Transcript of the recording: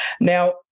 Now